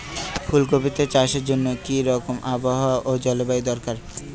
ফুল কপিতে চাষের জন্য কি রকম আবহাওয়া ও জলবায়ু দরকার?